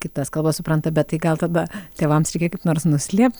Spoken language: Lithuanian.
kitas kalbas supranta bet tai gal tada tėvams reikia kaip nors nuslėpt